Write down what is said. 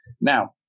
Now